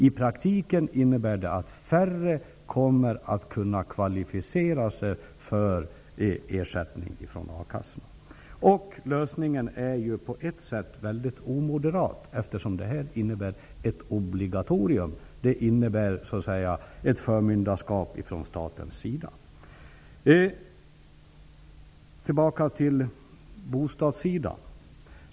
I praktiken innebär det att färre kommer att kunna kvalificera sig för ersättning från a-kassorna. Lösningen är på ett sätt väldigt omoderat, eftersom det här innebär ett obligatorium, eftersom det så att säga innebär ett förmyndarskap från statens sida. Tillbaka till bostadssidan.